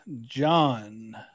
John